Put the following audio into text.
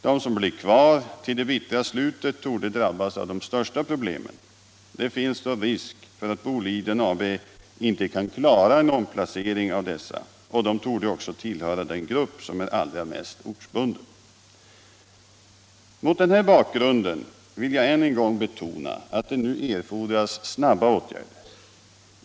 De som blir kvar till det bittra slutet torde drabbas av de största problemen. Det finns risk för att Boliden AB inte kan klara en omplacering av dessa, och de torde också tillhöra den grupp som är allra mest ortsbunden. Mot denna bakgrund vill jag än en gång betona att det nu erfordras snabba åtgärder.